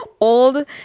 Old